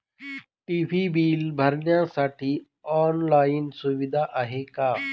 TV bill भरण्यासाठी online सुविधा आहे का?